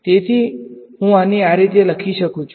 તેથી હું આને આ રીતે લખી શકું છું